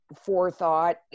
forethought